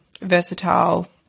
versatile